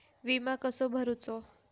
विमा कसो भरूचो?